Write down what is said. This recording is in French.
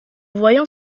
voyant